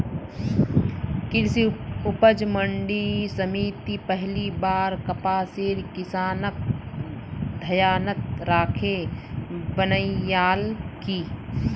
कृषि उपज मंडी समिति पहली बार कपासेर किसानक ध्यानत राखे बनैयाल की